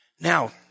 Now